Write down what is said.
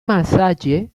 malsaĝe